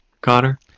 Connor